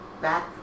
back